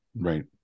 right